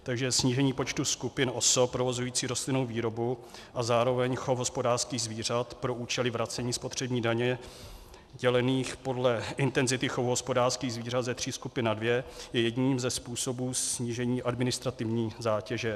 Takže snížení počtu skupin osob provozujících rostlinnou výrobu a zároveň chov hospodářských zvířat pro účely vracení spotřební daně dělených podle intenzity chovu hospodářských zvířat ze tří skupin na dvě je jedním ze způsobů snížení administrativní zátěže.